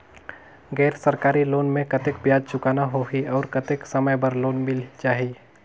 गैर सरकारी लोन मे कतेक ब्याज चुकाना होही और कतेक समय बर लोन मिल जाहि?